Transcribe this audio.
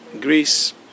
Greece